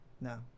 No